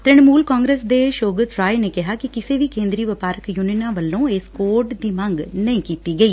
ਤ੍ਤਿਣਮੂਲ ਕਾਂਗਰਸ ਦੇ ਸੋਰਾਤ ਰਾਇ ਨੇ ਕਿਹਾ ਕਿ ਕਿਸੇ ਵੀ ਕੇ ਂਦਰੀ ਵਪਾਰਕ ਯੁਨੀਅਨਾਂ ਵੱਲੋਂ ਇਸ ਕੋਡ ਦੀ ਮੰਗ ਨਹੀਂ ਕੀਤੀ ਗਈ